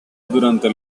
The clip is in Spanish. durante